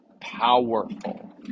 powerful